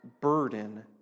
Burden